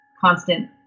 constant